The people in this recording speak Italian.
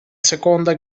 seconda